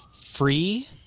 free